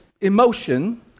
emotion